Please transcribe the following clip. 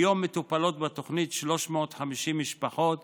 כיום מטופלות בתוכנית 350 משפחות